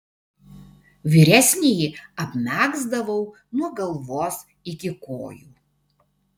vyresnįjį apmegzdavau nuo galvos iki kojų